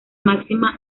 máxima